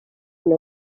una